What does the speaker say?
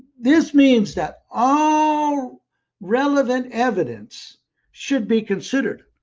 this means that all relevant evidence should be considered.